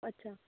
अच्छा